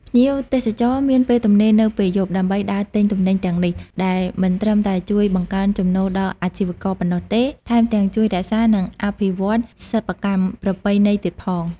ភ្ញៀវទេសចរមានពេលទំនេរនៅពេលយប់ដើម្បីដើរទិញទំនិញទាំងនេះ ដែលមិនត្រឹមតែជួយបង្កើនចំណូលដល់អាជីវករប៉ុណ្ណោះទេ ថែមទាំងជួយរក្សា និងអភិវឌ្ឍសិប្បកម្មប្រពៃណីទៀតផង។